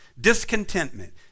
discontentment